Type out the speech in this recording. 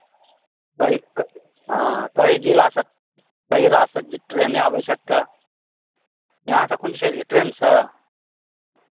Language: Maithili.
कई क हँ कई जिलासँ कइ राहसँ ट्रेन आबै छै एतय अहाँसभ कोनसँ एलियै ट्रेनसँ